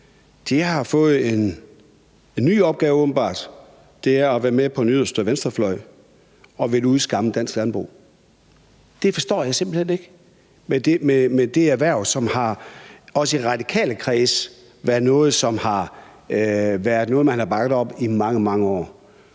åbenbart fået en ny opgave, og det er at være med på den yderste venstrefløj og at ville udskamme dansk landbrug. Det forstår jeg simpelt hen ikke med det erhverv, som også i radikale kredse har været noget, som man har bakket op i mange,